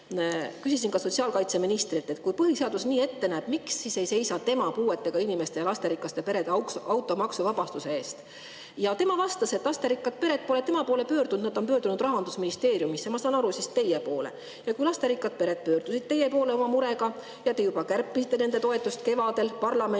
küsisin ka sotsiaalkaitseministrilt, et kui põhiseadus nii ette näeb, miks ta siis ei seisa puuetega inimeste ja lasterikaste perede automaksust vabastamise eest. Ta vastas, et lasterikkad pered pole tema poole pöördunud, nad on pöördunud Rahandusministeeriumisse. Ma saan aru, et siis teie poole. Lasterikkad pered on teie poole pöördunud oma murega. Te juba kärpisite nende toetust kevadel parlamendist